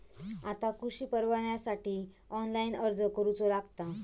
आता कृषीपरवान्यासाठी ऑनलाइन अर्ज करूचो लागता